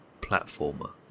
platformer